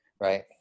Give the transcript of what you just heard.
right